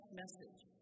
message